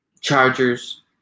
Chargers